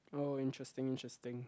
oh interesting interesting